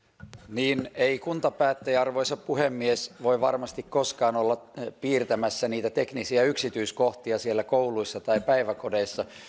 niin ei kuntapäättäjä arvoisa puhemies voi varmasti koskaan olla piirtämässä niitä teknisiä yksityiskohtia siellä kouluissa tai päiväkodeissa